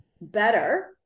better